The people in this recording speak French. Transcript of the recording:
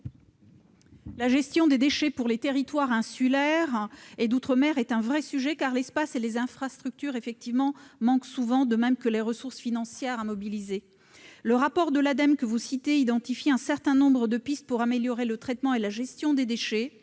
La gestion des déchets pour les territoires insulaires et d'outre-mer est un vrai sujet, car l'espace et les infrastructures manquent souvent, de même que les ressources financières mobilisables. Le rapport de l'Ademe que vous citez identifie un certain nombre de pistes pour améliorer le traitement et la gestion des déchets.